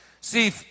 See